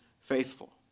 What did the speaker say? faithful